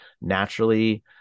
naturally